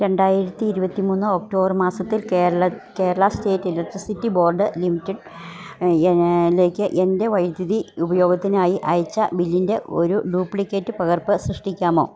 രണ്ടായിരത്തി ഇരുപത്തി മൂന്ന് ഒക്ടോബർ മാസത്തിൽ Kerala Kerala state electricity board ലിമിറ്റഡി ലേക്ക് എന്റെ വൈദ്യുതി ഉപയോഗത്തിനായി അയച്ച ബില്ലിന്റെ ഒരു ഡ്യൂപ്ലിക്കേറ്റ് പകർപ്പ് സൃഷ്ടിക്കാമോ